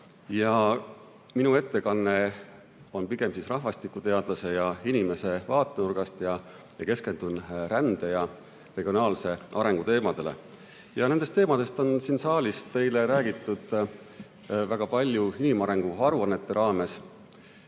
Minu ettekanne on pigem rahvastikuteadlase ja inimese vaatenurgast. Keskendun rände- ja regionaalse arengu teemadele. Nendest teemadest on siin saalis teile räägitud väga palju inimarengu aruannete raames.